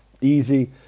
easy